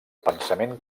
pensament